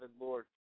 Lord